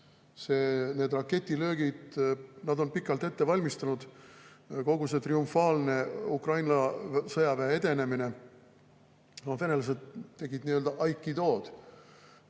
Need raketilöögid, nad on neid pikalt ette valmistanud. Kogu see triumfaalne Ukraina sõjaväe edenemine – venelased tegid nii-öelda aikidood,